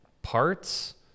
Parts